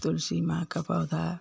तुलसी माँ का पौधा